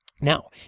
Now